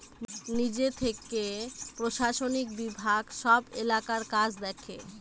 নিজে থেকে প্রশাসনিক বিভাগ সব এলাকার কাজ দেখে